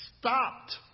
Stopped